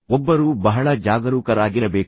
ಒಬ್ಬರು ಬಹಳ ಜಾಗರೂಕರಾಗಿರಬೇಕು